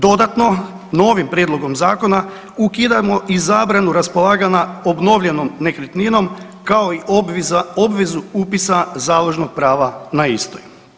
Dodatno, novim prijedlogom zakona ukidamo i zabranu raspolaganja obnovljenom nekretninom, kao i obvezu upisa založnog prava na istoj.